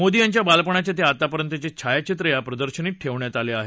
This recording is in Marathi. मोदी यांच्या बालपणाचे ते आतापर्यंतचे छायाचित्र या प्रदर्शनीत ठेवण्यात आले आहेत